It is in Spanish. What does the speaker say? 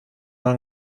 han